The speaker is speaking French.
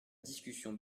discussion